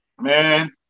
Man